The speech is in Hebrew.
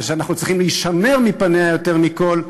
ושאנחנו צריכים להישמר מפניה יותר מכול,